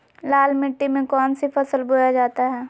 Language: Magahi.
लाल मिट्टी में कौन सी फसल बोया जाता हैं?